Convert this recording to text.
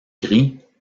gris